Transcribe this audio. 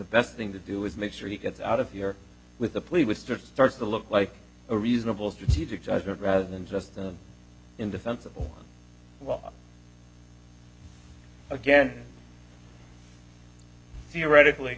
best thing to do is make sure he gets out of here with the police with good starts to look like a reasonable strategic judgement rather than just the indefensible well again theoretically